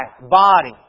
body